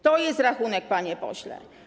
To jest rachunek, panie pośle.